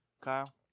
Kyle